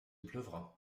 pleuvra